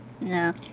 No